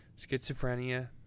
Schizophrenia